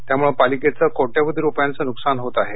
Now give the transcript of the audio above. त्यामुळे पालिकचे कोट्यवधी रुपयांचे नुकसान होत आहे